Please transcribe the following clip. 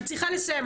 אני צריכה לסיים,